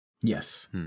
Yes